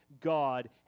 God